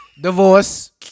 Divorce